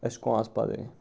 अशें को आसपा जाय